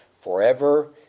forever